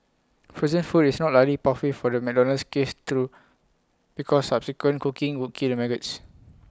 frozen food is not likely pathway for the McDonald's case through because subsequent cooking would kill maggots